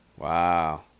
Wow